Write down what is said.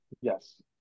Yes